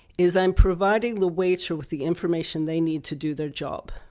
is i! m providing the waiter with the information they need to do their job!